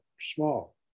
small